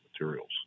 materials